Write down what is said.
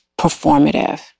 performative